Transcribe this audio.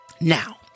Now